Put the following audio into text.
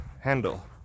handle